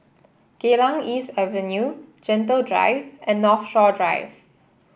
Geylang East Avenue Gentle Drive and Northshore Drive